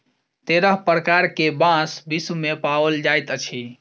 तेरह प्रकार के बांस विश्व मे पाओल जाइत अछि